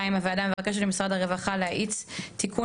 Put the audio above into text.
2. הוועדה מבקשת ממשרד הרווחה להאיץ את תיקון